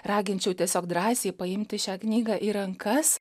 raginčiau tiesiog drąsiai paimti šią knygą į rankas